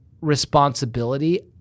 responsibility